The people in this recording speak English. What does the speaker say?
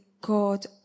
God